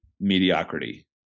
mediocrity